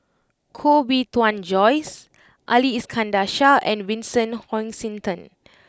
Koh Bee Tuan Joyce Ali Iskandar Shah and Vincent Hoisington